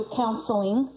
counseling